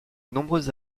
nombreuses